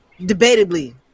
debatably